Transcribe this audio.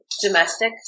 domestic